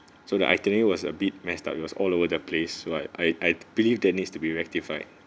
so the itinerary was a bit messed up it was all over the place so I I I believe that needs to be rectified